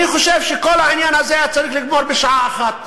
אני חושב שאת כל העניין הזה היה צריך לגמור בשעה אחת.